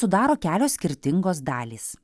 sudaro kelios skirtingos dalys